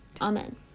Amen